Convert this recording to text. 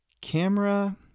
camera